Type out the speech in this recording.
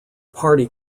party